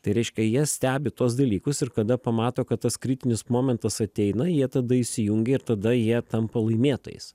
tai reiškia jie stebi tuos dalykus ir kada pamato kad tas kritinis momentas ateina jie tada įsijungia ir tada jie tampa laimėtojais